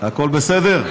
הכול בסדר?